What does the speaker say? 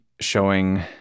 showing